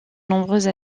nombreuses